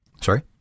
sorry